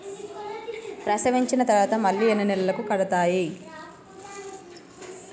ప్రసవించిన తర్వాత మళ్ళీ ఎన్ని నెలలకు కడతాయి?